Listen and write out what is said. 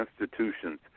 institutions